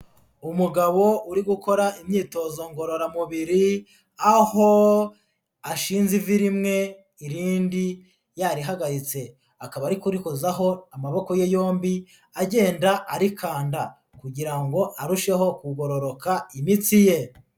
Umugabo uri gukora imyitozo ngororamubiri, aho ashinze ivi rimwe irindi yarihagaritse, akaba ari kurikozaho amaboko ye yombi agenda arikanda kugira ngo arusheho kugororoka imitsi ye.